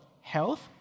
health